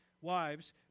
Wives